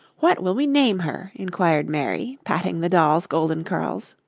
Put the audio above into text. what will we name her? inquired mary, patting the doll's golden curls.